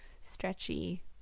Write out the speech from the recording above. stretchy